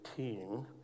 18